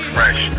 Fresh